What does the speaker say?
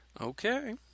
Okay